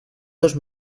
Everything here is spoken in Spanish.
dos